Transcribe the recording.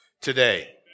today